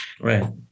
right